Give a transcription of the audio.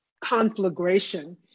conflagration